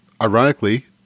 ironically